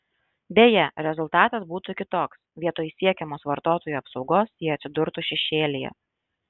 deja rezultatas būtų kitoks vietoj siekiamos vartotojų apsaugos jie atsidurtų šešėlyje